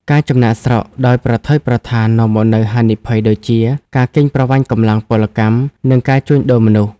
ការចំណាកស្រុកដោយប្រថុយប្រថាននាំមកនូវហានិភ័យដូចជា ការកេងប្រវ័ញ្ចកម្លាំងពលកម្ម និងការជួញដូរមនុស្ស។